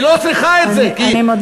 היא לא צריכה את זה, אני מודה.